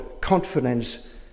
confidence